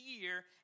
year